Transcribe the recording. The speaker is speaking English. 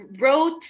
wrote